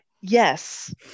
Yes